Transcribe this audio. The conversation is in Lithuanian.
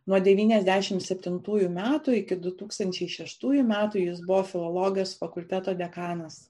nuodevyniasdešimt septintųjų metų iki du tūkstančiai šeštųjų metų jis buvo filologijos fakulteto dekanas